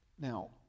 Now